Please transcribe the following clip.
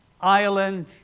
Ireland